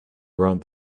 around